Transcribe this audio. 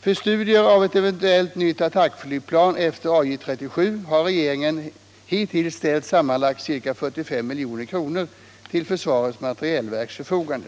För studier av ett eventuellt nytt attackflygplan efter AJ 37 har regeringen hittills ställt sammanlagt ca 45 milj.kr. till försvarets materielverks förfogande.